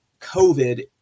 COVID